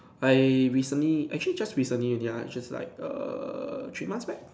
I recently actually just recently only lah just like err three months back